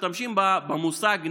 משתמשים במושג "נכבה"